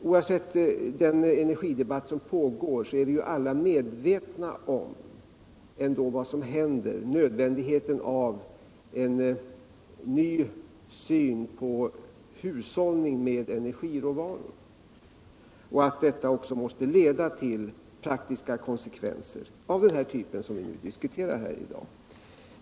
Oavsett den energidebatt som pågår är vi ju ändå alla medvetna om vad som händer, nödvändigheten av en ny syn på hushållning med energiråvaror och att detta också måste leda till praktiska konsekvenser av den typ vi diskuterar här i dag.